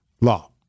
law